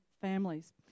families